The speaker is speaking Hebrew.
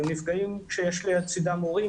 הם נפגעים כשיש לצדם הורים,